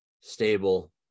stable